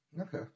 Okay